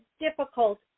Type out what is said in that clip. difficult